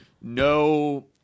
no